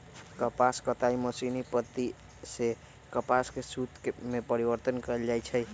कपास कताई मशीनी पद्धति सेए कपास के सुत में परिवर्तन कएल जाइ छइ